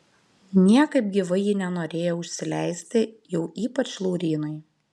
niekaip gyvai ji nenorėjo užsileisti jau ypač laurynui